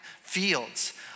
fields